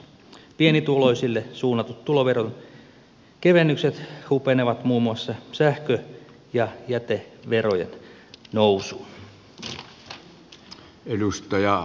pienituloisille suunnatut tuloveron kevennykset hupenevat muun muassa sähkö ja jäteverojen nousuun